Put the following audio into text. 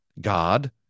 God